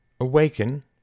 awaken